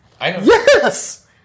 Yes